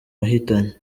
wahitanye